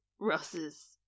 Russ's